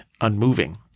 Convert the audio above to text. unmoving